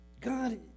God